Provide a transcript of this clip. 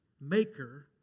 maker